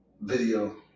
video